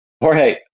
Jorge